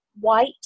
white